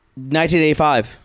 1985